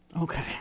Okay